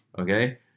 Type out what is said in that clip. Okay